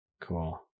Cool